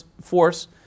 force